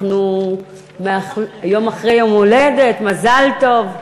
היום יום-ההולדת שלה.